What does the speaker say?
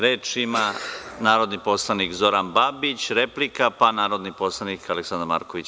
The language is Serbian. Reč ima narodni poslanik Zoran Babić, replika, pa narodni poslanik Aleksandar Marković.